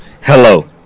Hello